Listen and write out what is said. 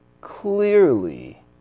clearly